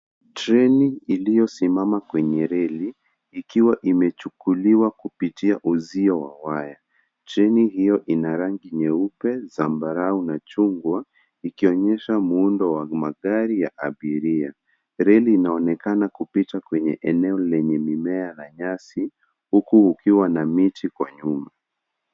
Treni iliyosimama kwenye reli ikiwa imechukuliwa kupitia uzio wa waya. Treni hiyo ina rangi nyeupe, zambarau na chungwa, ikionyesha muundo wa magari ya abiria. Reli inaonekana kupita kwenye eneo lenye mimea na nyasi, huku kukiwa na miti kwa nyuma.